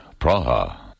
Praha